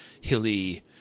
hilly